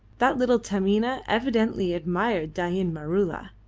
that little taminah evidently admired dain maroola.